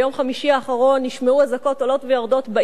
האחרון נשמעו אזעקות עולות ויורדות בעיר שלי,